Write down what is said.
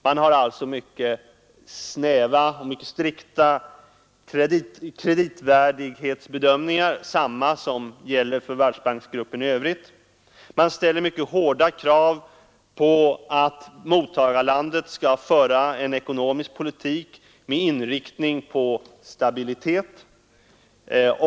Man har mycket strikta kreditvärdighetsbedömningar, samma som gäller för Världsbanksgruppen i övrigt. Man ställer mycket hårda krav på att mottagarlandet skall föra en ekonomisk politik med inriktning på stabilitet.